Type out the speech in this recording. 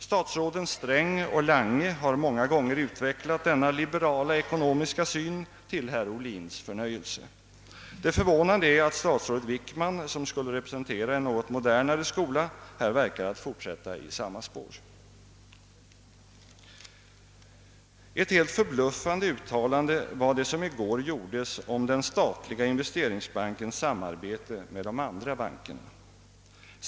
Statsråden Sträng och Lange har många gånger utvecklat denna liberala ekonomiska syn till herr Ohlins förnöjelse. Det förvånande är att statsrådet Wickman, som skulle representera en något modernare skola, här verkar att fortsätta i samma spår. Ett helt förbluffande uttalande gjordes i går om den statliga investeringsbankens samarbete med de andra bankerna.